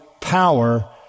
power